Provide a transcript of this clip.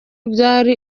byari